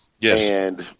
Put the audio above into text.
Yes